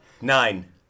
nine